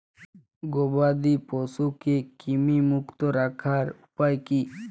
গবাদি পশুকে কৃমিমুক্ত রাখার উপায় কী?